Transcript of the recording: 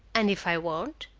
and if i won't?